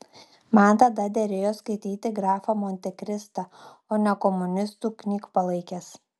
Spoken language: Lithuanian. man tada derėjo skaityti grafą montekristą o ne komunistų knygpalaikes